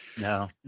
No